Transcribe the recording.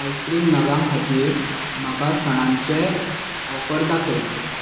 ice cream नगांक खातीर म्हाका सणांचे ऑफर दाखय